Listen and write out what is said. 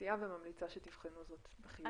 מציעה וממליצה שתבחנו זאת בחיוב.